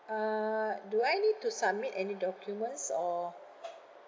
uh do I need to submit any documents or